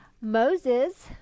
Moses